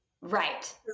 Right